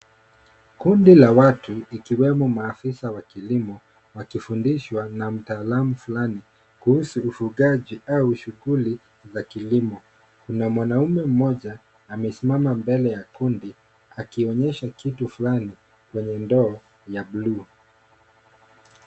Kundi la watu, ikiwemo maafisa wa kilimo wakifundishwa na mtaalamu fulani kuhusu ufugaji au shughuli la kilimo. Kuna mwanaume mmoja amesimama mbele ya kundi, akionyesha kitu fulani kwenye ndoo ya buluu.